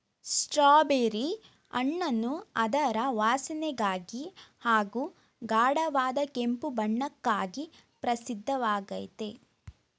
strawberry ಹಣ್ಣನ್ನು ಅದರ ವಾಸನೆಗಾಗಿ ಹಾಗೂ ಗಾಢವಾದ ಕೆಂಪು ಬಣ್ಣಕ್ಕಾಗಿ ಪ್ರಸಿದ್ಧವಾಗಯ್ತೆ